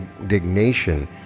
indignation